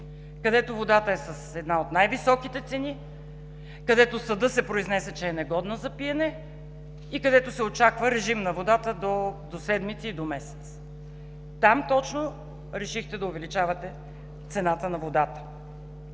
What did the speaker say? където водата е с една от най-високите цени, където съдът се произнесе, че е негодна за пиене и където се очаква режим на водата до седмици, до месец. Там точно решихте да увеличавате цената на водата.